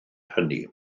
hynny